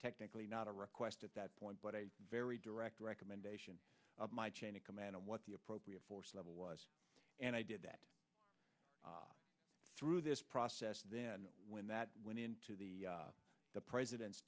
technically not a request at that point but a very direct recommendation of my chain of command of what the appropriate force level was and i did that through this process and then when that went into the president's